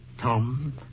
Tom